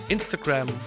Instagram